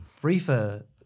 briefer